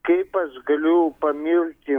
kaip aš galiu pamilti